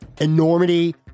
enormity